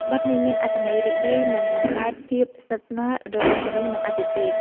បទនេះមានអត្ថន័យរីករាយ និងបង្កើតភាពស្និទ្ធស្នាលរវាងមនុស្ស និងអាទិទេព។